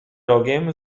rogiem